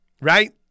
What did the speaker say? right